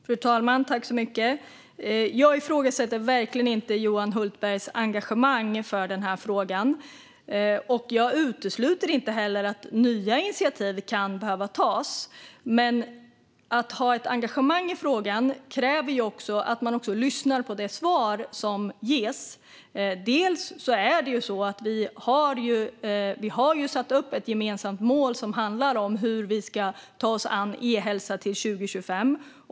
Fru talman! Jag ifrågasätter verkligen inte Johan Hultbergs engagemang i den här frågan. Jag utesluter inte heller att nya initiativ kan behöva tas. Men att ha ett engagemang i frågan kräver också att man lyssnar på de svar som ges. Vi har satt upp ett gemensamt mål för hur vi ska ta oss an e-hälsa till 2025.